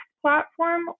platform